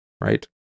Right